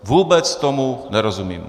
Vůbec tomu nerozumím.